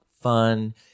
fun